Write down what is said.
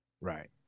right